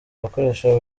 abakoresha